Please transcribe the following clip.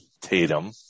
Tatum